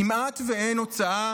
כמעט אין הוצאה